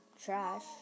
trash